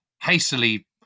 hastily